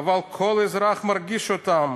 אבל כל אזרח מרגיש אותם,